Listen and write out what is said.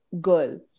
girl